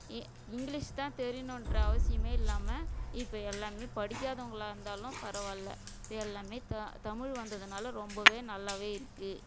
English தான் தெரியணுன்ற அவசியமே இல்லாமல் இப்போ எல்லாமே படிக்காதவங்களாக இருந்தாலும் பரவாயில்லை இப்போ எல்லாமே த தமிழ் வந்ததுனால ரொம்பவே நல்லாவே இருக்கு